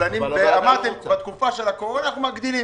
אמרתם: בתקופה של הקורונה אנחנו מגדילים.